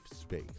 space